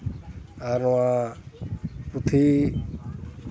ᱟᱨ ᱱᱚᱣᱟ ᱯᱩᱛᱷᱤ